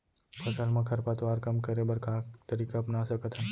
फसल मा खरपतवार कम करे बर का तरीका अपना सकत हन?